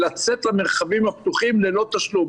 לצאת למרחבים הפתוחים ללא תשלום,